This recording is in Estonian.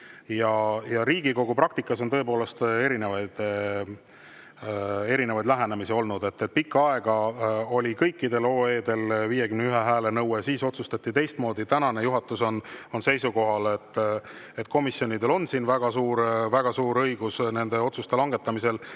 Riigikogu praktikas on tõepoolest olnud erinevaid lähenemisi. Pikka aega oli kõikidel OE‑del 51 hääle nõue, siis otsustati teistmoodi. Tänane juhatus on seisukohal, et komisjonidel on väga suur õigus nende otsuste langetamisel.